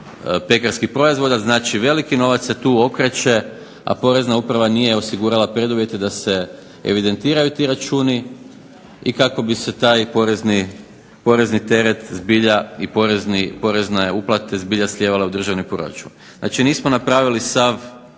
pekarskih proizvoda, znači veliki novac se tu okreće, a porezna uprava nije osigurala preduvjete da se evidentiraju ti računi, i kako bi se taj porezni teret zbilja, i porezne uplate zbilja slijevale u državni proračun. Znači nismo napravili sav